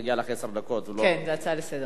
מגיע לך עשר דקות, ולא, כן, זו הצעה לסדר-היום.